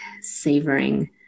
savoring